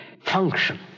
function